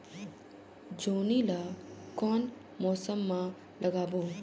जोणी ला कोन मौसम मा लगाबो?